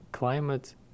climate